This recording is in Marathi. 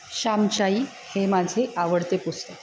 श्यामची आई हे माझे आवडते पुस्तक